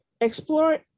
explore